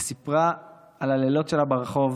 היא סיפרה על הלילות שלה ברחוב